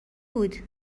بود